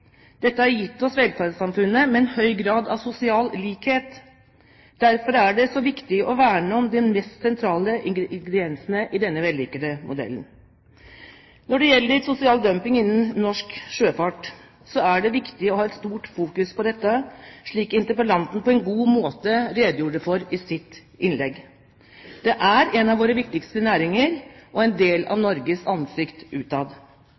Dette har gitt oss velferdssamfunnet, med en høy grad av sosial likhet. Derfor er det så viktig å verne om de mest sentrale ingrediensene i denne vellykkede modellen. Når det gjelder sosial dumping innen norsk sjøfart, er det viktig å fokusere mye på dette, slik interpellanten på en god måte redegjorde for i sitt innlegg. Det er en av våre viktigste næringer og en del av Norges ansikt utad.